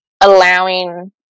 allowing